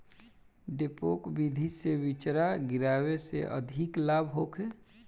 डेपोक विधि से बिचरा गिरावे से अधिक लाभ होखे?